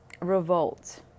revolt